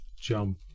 Jump